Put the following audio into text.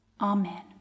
Amen